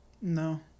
no